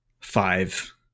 five